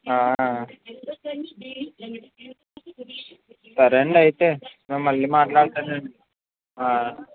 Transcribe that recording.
సరే అండి అయితే నేను మళ్ళీ మాట్లాడతానండి